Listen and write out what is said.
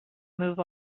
move